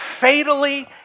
fatally